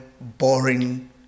boring